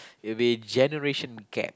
it'll be generation gap